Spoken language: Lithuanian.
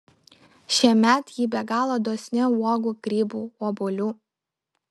šiemet ji be galo dosni uogų grybų obuolių